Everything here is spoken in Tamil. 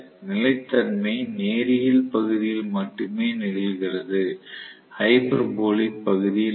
நிலைத்தன்மை நேரியல் பகுதியில் மட்டுமே நிகழ்கிறது ஹைபர்போலிக் பகுதியில் அல்ல